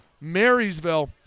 Marysville